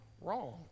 wrong